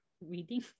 reading